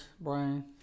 Brian